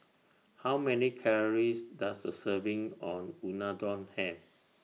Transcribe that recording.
How Many Calories Does A Serving on Unadon Have